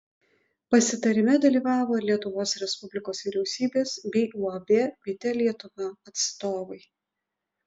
pasitarime dalyvavo ir lietuvos respublikos vyriausybės bei uab bitė lietuva atstovai